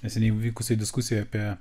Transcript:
neseniai vykusioj diskusijoj apie